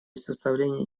составлении